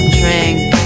drink